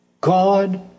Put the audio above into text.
God